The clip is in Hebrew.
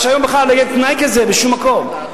מה שהיום בכלל אין תנאי כזה בשום מקום.